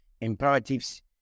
imperatives